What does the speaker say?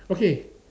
okay